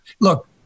Look